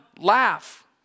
Laugh